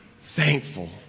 thankful